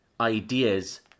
ideas